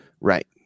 Right